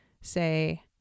say